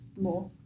more